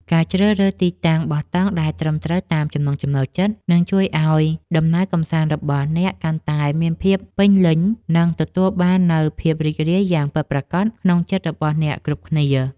ការជ្រើសរើសទីតាំងបោះតង់ដែលត្រឹមត្រូវតាមចំណង់ចំណូលចិត្តនឹងជួយឱ្យដំណើរកម្សាន្តរបស់អ្នកកាន់តែមានភាពពេញលេញ និង ទទួលបាននូវភាពរីករាយយ៉ាងពិតប្រាកដក្នុងចិត្តរបស់អ្នកគ្រប់គ្នា។